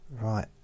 right